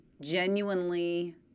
genuinely